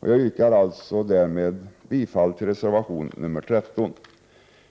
Jag yrkar alltså därmed bifall till reservation 13.